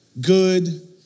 good